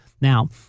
Now